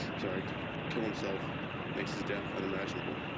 sorry, to kill himself makes his death unimaginable.